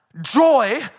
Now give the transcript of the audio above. joy